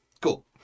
cool